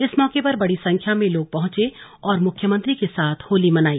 इस मौके पर बड़ी संख्या में लोग पहुंचे और मुख्यमंत्री के साथ होली मनाई